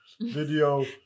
video